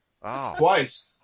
twice